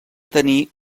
tenir